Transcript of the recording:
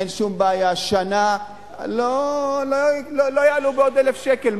אין שום בעיה, שנה לא יעלו בעוד 1,000 שקל.